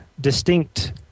distinct